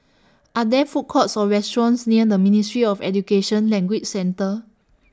Are There Food Courts Or restaurants near The Ministry of Education Language Centre